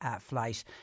flight